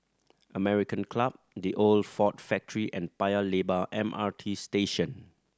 American Club The Old Ford Factory and Paya Lebar M R T Station